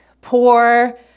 poor